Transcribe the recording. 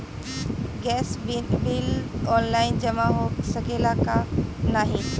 Gas bill online जमा हो सकेला का नाहीं?